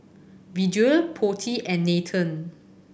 Vedre Potti and Nathan